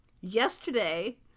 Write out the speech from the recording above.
Yesterday